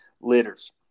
litters